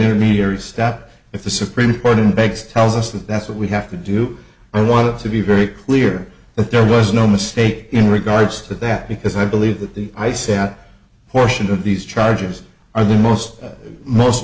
intermediary step if the supreme court in banks tells us that that's what we have to do i want it to be very clear that there was no mistake in regards to that because i believe that the i say that portion of these charges are the most most